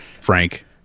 Frank